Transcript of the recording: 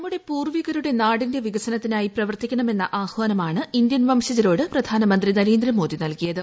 നമ്മുടെ പൂർവ്വികരുടെ നാടിന്റെ വികസനത്തിനായി പ്രവർത്തിക്കണമെന്ന ആഹ്വാനമാണ് ഇന്ത്യൻ വംശജരോട് പ്രധാനമന്ത്രി നരേന്ദ്രമോദി നൽകിയത്